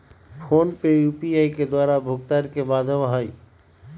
PhonePe UPI द्वारा भुगतान के माध्यम हइ